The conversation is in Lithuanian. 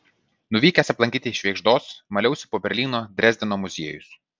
nuvykęs aplankyti švėgždos maliausi po berlyno drezdeno muziejus